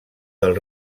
del